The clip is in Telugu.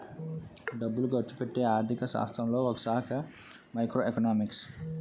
డబ్బులు ఖర్చుపెట్టే ఆర్థిక శాస్త్రంలో ఒకశాఖ మైక్రో ఎకనామిక్స్